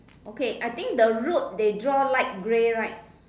okay I think the road they draw light grey right